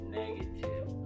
negative